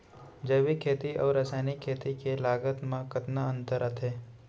जैविक खेती अऊ रसायनिक खेती के लागत मा कतना अंतर आथे?